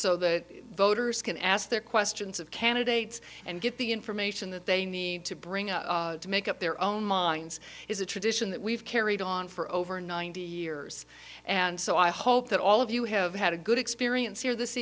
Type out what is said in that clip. so that voters can ask their questions of candidates and get the information that they need to bring up to make up their own minds is a tradition that we've carried on for over ninety years and so i hope that all of you have had a good experience here this